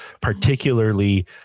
particularly